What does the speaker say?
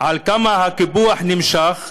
על כמה הקיפוח נמשך,